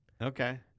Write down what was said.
Okay